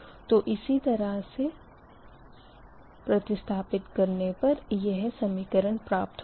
तो इसी तरह से प्रतिस्थापित करने पर यह समीकरण प्राप्त होंगे